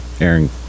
Aaron